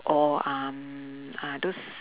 or um uh those